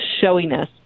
showiness